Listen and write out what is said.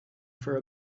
for